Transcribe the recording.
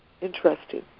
Interesting